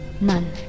None